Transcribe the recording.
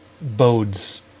Bodes